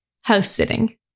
house-sitting